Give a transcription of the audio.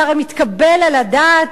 זה מתקבל על הדעת?